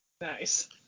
Nice